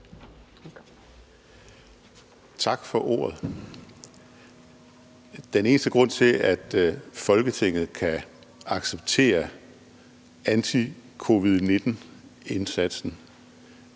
Tak for ordet. Den eneste grund til, at Folketinget kan acceptere anticovid-19-indsatsen,